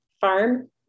farm